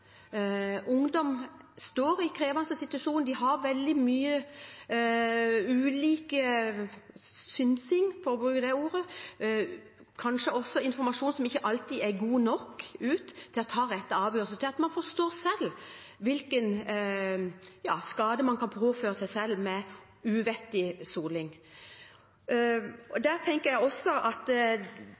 Ungdom står i krevende situasjoner, de har veldig mye ulik synsing, for å bruke det ordet, og kanskje også informasjon som ikke alltid er god nok til at man kan ta rett avgjørelse og forstå hvilken skade man kan påføre seg selv med uvettig soling. I den forbindelse tenker jeg at